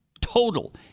total